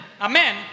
Amen